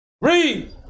Read